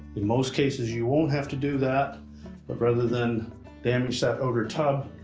in most cases, you won't have to do that but rather than damage that outer tub,